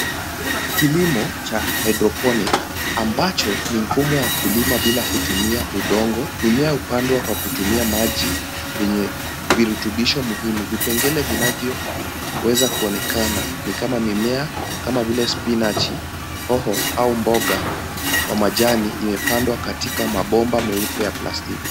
Kilimo cha hydroponic ambacho ni mfumo wa kulima bila kutumia udongo, mimea hupandwa kwa kutumia maji enye virutubisho muhimu, vipengele vinavyoweza kuonekana ni kama mimea kama vile spinachi, hoho au mboga wa majani imepandwa katika mabomba meupe ya plastiki.